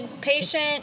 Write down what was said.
Patient